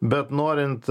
bet norint